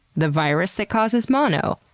the virus that causes mono,